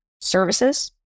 services